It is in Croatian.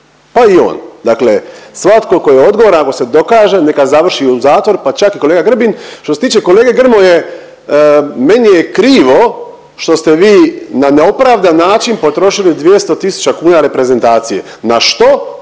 pa i on. Dakle, svatko ko je odgovoran ako mu se dokaže neka završi u zatvoru, pa čak i kolega Grbin. Što se tiče kolege Grmoje, meni je krivo što ste vi na neopravdan način potrošili 200 tisuća kuna reprezentacije, na što,